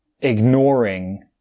ignoring